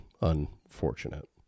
unfortunate